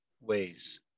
ways